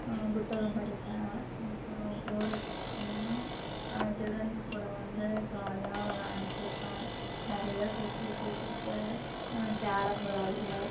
புத்தகம் படிப்பேன் அப்புறம் போர் அடிச்சிச்சின்னா சில்ட்ரன்ஸ் கூட வந்து ஜாலியாக விளாண்ட்ருப்பேன் நிறையா ஃபெசிலிட்டீஸ் இருக்கு கேரம் விளாடுவோம்